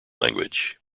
language